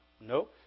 No